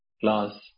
class